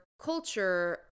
culture